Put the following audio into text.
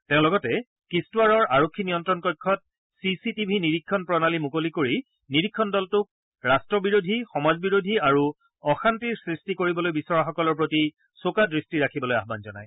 তেওঁ লগতে কিস্তোৱাৰৰ আৰক্ষী নিয়ন্ত্ৰণ কক্ষত চি চি টিভি নিৰীক্ষণ প্ৰণালী মুকলি কৰি নিৰীক্ষণ দলটোক ৰাষ্ট্ৰবিৰোধী সমাজবিৰোধী আৰু অশান্তিৰ সৃষ্টি কৰিবলৈ বিচৰাসকলৰ প্ৰতি চোকা দৃষ্টি ৰাখিবলৈ আহ্বান জনায়